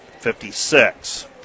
56